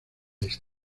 estas